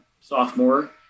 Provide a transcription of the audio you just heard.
sophomore